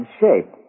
shape